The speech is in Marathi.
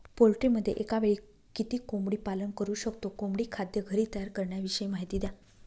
पोल्ट्रीमध्ये एकावेळी किती कोंबडी पालन करु शकतो? कोंबडी खाद्य घरी तयार करण्याविषयी माहिती द्या